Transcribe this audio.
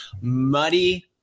Muddy